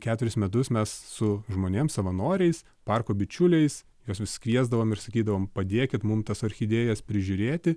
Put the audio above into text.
keturis metus mes su žmonėm savanoriais parko bičiuliais juos vis kviesdavom ir sakydavom padėkit mum tas orchidėjas prižiūrėti